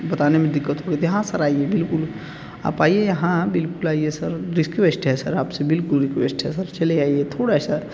बताने में दिक्कत हो रही थी हाँ सर आइए बिल्कुल आप आइए यहाँ बिल्कुल आइए सर रिसक्वेस्ट है सर आप से बिल्कुल रीक्वेस्ट है सर चले आइए थोड़ा सा